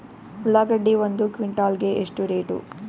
ಉಳ್ಳಾಗಡ್ಡಿ ಒಂದು ಕ್ವಿಂಟಾಲ್ ಗೆ ಎಷ್ಟು ರೇಟು?